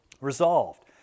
resolved